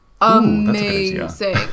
amazing